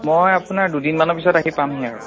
মই আপোনাৰ দুদিনমানৰ পিছত আহি পামহি আৰু